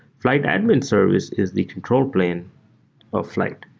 flyte admin service is the control plane of flyte.